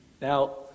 Now